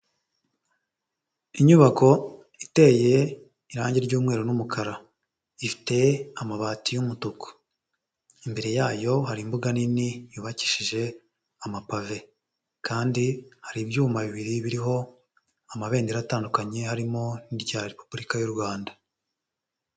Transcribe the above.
Inyubako iteye irangi ry'umweru n'umukara, ifite amabati y'umutuku, imbere yayo hari imbuga nini yubakishije amapave kandi hari ibyuma bibiri biriho amabendera atandukanye harimo n'irya Repubulika y'u Rwanda.